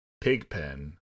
Pigpen